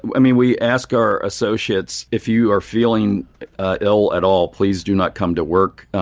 and we we ask our associates, if you are feeling ill at all, please do not come to work.